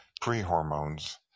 pre-hormones